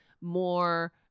more